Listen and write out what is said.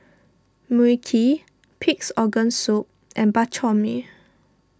Mui Kee Pig's Organ Soup and Bak Chor Mee